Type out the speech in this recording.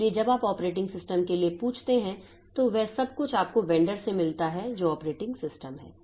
इसलिए जब आप ऑपरेटिंग सिस्टम के लिए पूछते हैं तो वह सब कुछ आपको वेंडर से मिलता है जो ऑपरेटिंग सिस्टम है